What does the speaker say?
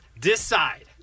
decide